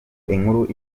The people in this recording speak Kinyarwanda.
inkuru